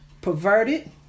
perverted